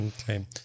Okay